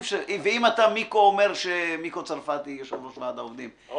מיקו צרפתי, יושב-ראש ועד העובדים, בבקשה.